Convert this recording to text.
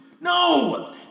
No